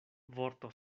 vorto